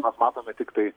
mes matome tiktai